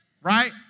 right